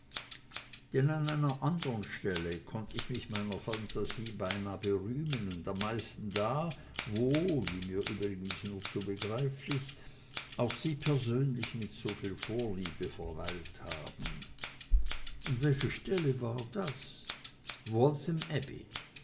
an einer anderen stelle konnt ich mich meiner phantasie beinah berühmen und am meisten da wo wie mir übrigens nur zu begreiflich auch sie persönlich mit soviel vorliebe verweilt haben und welche stelle war das waltham abbey